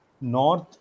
north